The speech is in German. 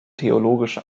theologische